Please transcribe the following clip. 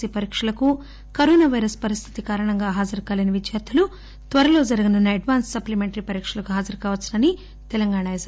C పరీక్షలకు corona virus పరిస్థితి కారణంగా హాజరు కాలేని విద్యార్థులు త్వరలో ఏర్పాటు చేయనున్న అడ్వాన్స్ సప్లిమెంటరీ పరీక్షలకు హాజరు కావచ్చునని తెలంగాణ ఎస్